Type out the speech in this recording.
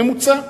ממוצע,